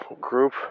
group